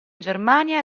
germania